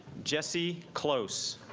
jessie close